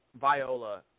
Viola